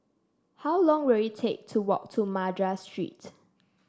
how long will it take to walk to Madras Street